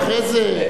היו לה סכינים.